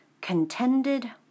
Contended